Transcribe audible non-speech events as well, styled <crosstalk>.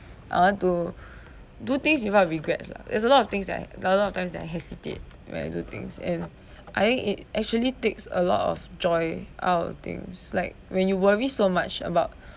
<breath> I want to <breath> do things without regrets lah there's a lot of things there were a lot of times that I hesitate when I do things and <breath> I it actually takes a lot of joy out of things like when you worry so much about <breath>